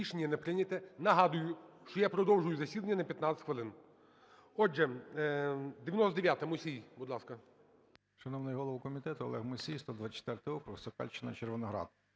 Шановний голово комітету, Олег Мусій, 124 округ, Сокальщина Червоноград.